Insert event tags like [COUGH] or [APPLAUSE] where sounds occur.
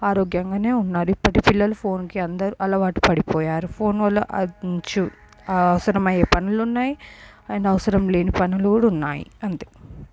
ఆరోగ్యంగానే ఉన్నారు ఇప్పటి పిల్లలు ఫోన్కి అందరూ అలవాటు పడిపోయారు ఫోన్ వల్ల [UNINTELLIGIBLE] అవసరమయ్యే పనులున్నాయి అండ్ అవసరం లేని పనులు కూడా ఉన్నాయి అంతే